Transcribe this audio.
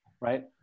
right